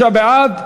73 בעד,